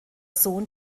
sohn